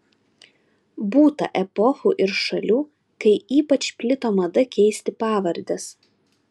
būta epochų ir šalių kai ypač plito mada keisti pavardes